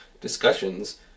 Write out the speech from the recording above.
discussions